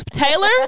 Taylor